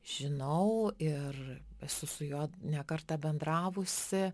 žinau ir esu su juo ne kartą bendravusi